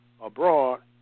abroad